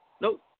Nope